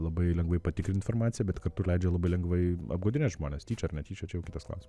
labai lengvai patikrint informaciją bet kartu ir leidžia labai lengvai apgaudinėt žmones tyčia ar netyčia čia jau kitas klaus